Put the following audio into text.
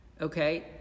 Okay